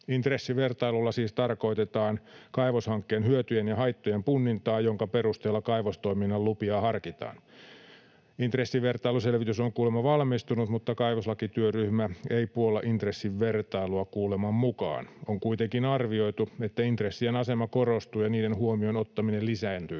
Intressivertailulla siis tarkoitetaan kaivoshankkeen hyötyjen ja haittojen punnintaa, jonka perusteella kaivostoiminnan lupia harkitaan. Intressivertailuselvitys on kuulemma valmistunut, mutta kaivoslakityöryhmä ei puolla intressin vertailua kuuleman mukaan. On kuitenkin arvioitu, että intressien asema korostuu ja niiden huomioon ottaminen lisääntyisi